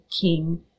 king